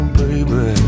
baby